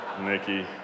Nikki